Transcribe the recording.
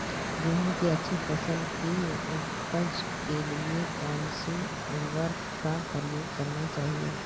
गेहूँ की अच्छी फसल की उपज के लिए कौनसी उर्वरक का प्रयोग करना चाहिए?